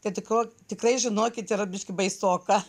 kad tik ko tikrai žinokit yra biškį baisoka